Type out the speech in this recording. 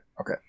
okay